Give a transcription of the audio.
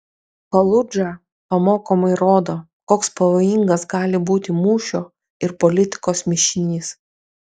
faludža pamokomai rodo koks pavojingas gali būti mūšio ir politikos mišinys